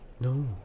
No